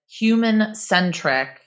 human-centric